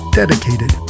dedicated